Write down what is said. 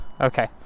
Okay